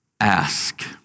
ask